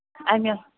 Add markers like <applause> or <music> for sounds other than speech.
<unintelligible>